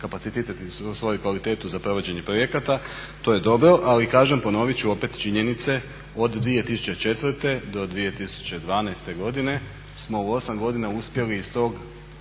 kapacitet i svoju kvalitetu za provođenje projekta. To je dobro, ali kažem ponovit ću opet činjenice od 2004.do 2012.godine smo u 8 godina uspjeli iz tog